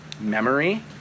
memory